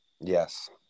yes